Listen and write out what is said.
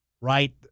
right